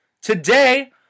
Today